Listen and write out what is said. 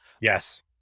Yes